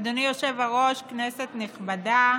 אדוני היושב-ראש, כנסת נכבדה,